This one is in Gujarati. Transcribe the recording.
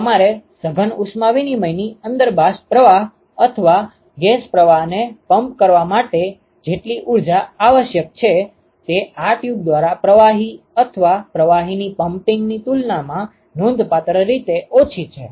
તેથી તમારે સઘન ઉષ્મા વિનીમયની અંદર બાષ્પ પ્રવાહ અથવા ગેસ પ્રવાહને પંપ કરવા માટે જેટલી ઊર્જા આવશ્યક છે તે આ ટ્યુબ દ્વારા પ્રવાહી અથવા પ્રવાહીના પંમ્પિંગની તુલનામાં નોંધપાત્ર રીતે ઓછી છે